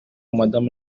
madame